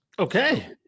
Okay